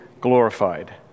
glorified